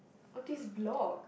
oh this blog